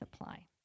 apply